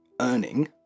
earning